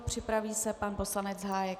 Připraví se pan poslanec Hájek.